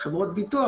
חברות ביטוח,